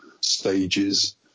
stages